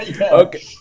Okay